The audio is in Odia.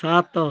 ସାତ